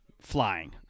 flying